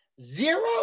Zero